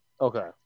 Okay